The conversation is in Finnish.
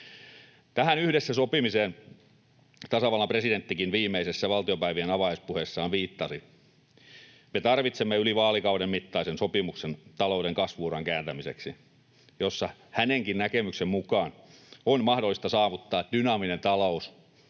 Tähän yhdessä sopimiseen tasavallan presidenttikin viimeisessä valtiopäivien avajaispuheessaan viittasi. Me tarvitsemme talouden kasvu-uran kääntämiseksi yli vaalikauden mittaisen sopimuksen, jossa hänenkin näkemyksensä mukaan on mahdollista saavuttaa dynaaminen talous